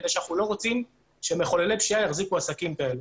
אנחנו לא רוצים שמחוללי פשיעה יחזיקו עסקים כאלה.